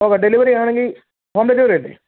ഓ delivery ആണെങ്കിൽ home ഡെലിവറിയല്ലേ